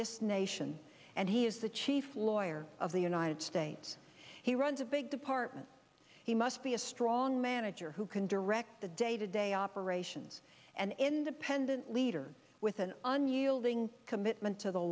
this nation and he is the chief lawyer of the united states he runs a big department he must be a strong manager who can direct the day to day operations and independent leaders with an unyielding commitment to the